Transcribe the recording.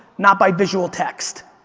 not by visual text.